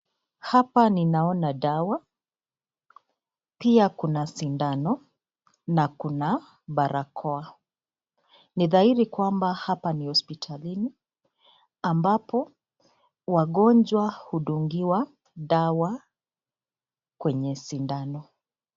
Hapa ninaona dawa pia kuna sindano na kuna barakoa. Ni dhahiri kwamba hapa ni hospitalini ambapo wagonjwa hudungiwa dawa kwenye sindano.